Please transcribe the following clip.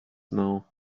now